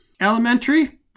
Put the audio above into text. elementary